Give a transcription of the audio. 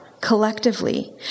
collectively